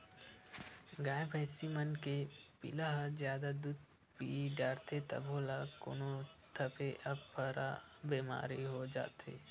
गाय भइसी मन के पिला ह जादा दूद पीय डारथे तभो ल कोनो दफे अफरा बेमारी हो जाथे